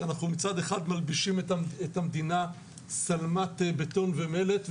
שמצד אחד אנחנו מלבישים את המדינה שלמת בטון ומלט,